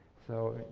so,